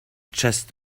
just